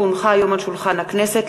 כי הונחו היום על שולחן הכנסת,